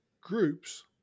groups